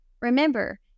Remember